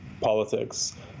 politics